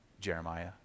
Jeremiah